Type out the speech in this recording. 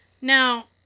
Now